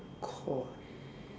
caught